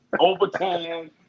overtime